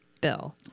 Bill